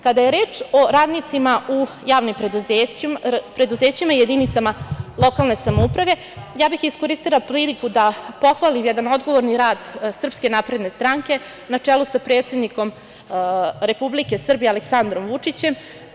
Kada je reč o radnicima u javnim preduzećima i jedinicama lokalne samouprave, iskoristila bih priliku da pohvalim jedan odgovorni rad SNS, na čelu sa predsednikom Republike Srbije Aleksandrom Vučićem.